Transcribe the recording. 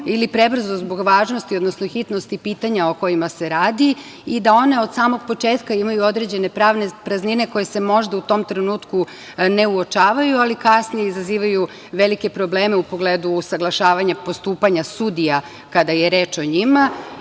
ili prebrzo, zbog važnosti odnosno hitnosti pitanja o kojima se radi i da one od samog početka imaju određene pravne praznine koje se možda u tom trenutku ne uočavaju, ali kasnije izazivaju velike probleme u pogledu usaglašavanja postupanja sudija kada je reč o